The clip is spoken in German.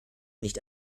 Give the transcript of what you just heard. nicht